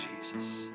Jesus